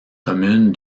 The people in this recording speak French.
commune